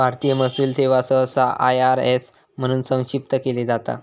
भारतीय महसूल सेवा सहसा आय.आर.एस म्हणून संक्षिप्त केली जाता